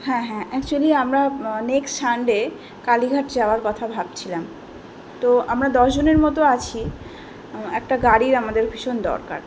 হ্যাঁ হ্যাঁ অ্যাকচ্যুলি আমরা নেক্সট সানডে কালীঘাট যাওয়ার কথা ভাবছিলাম তো আমরা দশ জনের মতো আছি একটা গাড়ি আমাদের ভীষণ দরকার